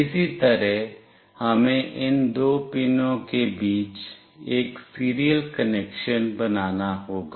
इसी तरह हमें इन दो पिनों के बीच एक सीरियल कनेक्शन बनाना होगा